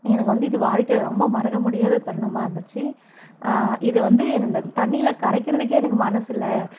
எனக்கு வந்து இது வாழ்க்கையில் ரொம்ப மறக்க முடியாத தருணமாக இருந்துச்சு இது வந்து இந்த தண்ணியில் கரைக்கிறதுக்கே எனக்கு மனசு இல்லை